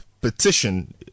petition